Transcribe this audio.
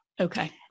Okay